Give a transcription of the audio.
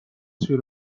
شیر